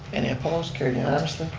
any opposed? carried unanimously.